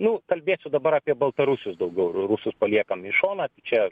nu kalbėsiu dabar apie baltarusius daugiau ir rusus paliekam į šoną tai čia